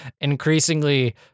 increasingly